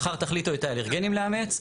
מחר תחליטו את האלרגנים לאמץ,